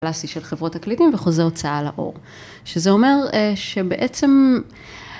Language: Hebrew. קלאסי של חברות תקליטים וחוזה הוצאה לאור, שזה אומר שבעצם